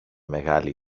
μεγάλη